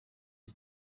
and